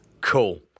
Cool